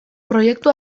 proiektu